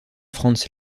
franz